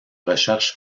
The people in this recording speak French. recherche